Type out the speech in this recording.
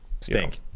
Stink